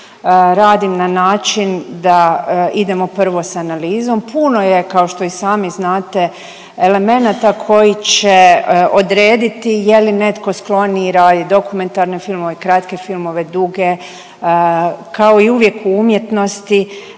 radim na način da idemo prvo s analizom. Puno je kao što i sami znate elemenata koji će odrediti je li netko skloniji raditi dokumentarne filmove, kratke filmove, duge kao i uvijek u umjetnosti